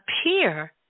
appear